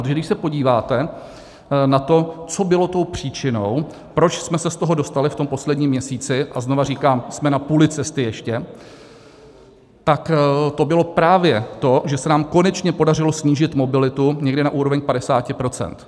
Protože když se podíváte na to, co bylo tou příčinou, proč jsme se z toho dostali v tom posledním měsíci a znovu říkám, jsme ještě na půli cesty tak to bylo právě to, že se nám konečně podařilo snížit mobilitu někde na úroveň 50 %.